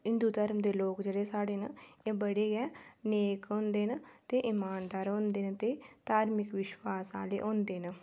हिन्दू धर्म दे लोक जेह्ड़े साढ़े ऐ बड़े गै नेक होंदे न ते इमानदार होंदे न ते धार्मिक विश्वास आह्ले होदें न